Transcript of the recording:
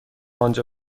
آنجا